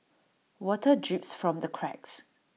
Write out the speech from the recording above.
water drips from the cracks